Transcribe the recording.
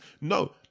no